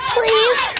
Please